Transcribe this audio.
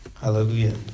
Hallelujah